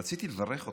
רציתי לברך אותך.